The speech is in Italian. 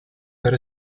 per